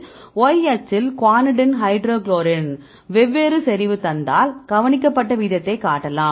Yஅச்சில் guanidine ஹைட்ரோகுளோரைட்டின் வெவ்வேறு செறிவை தந்தாள் கவனிக்கப்பட்ட விகிதத்தை காட்டலாம்